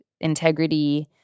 integrity